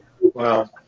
Wow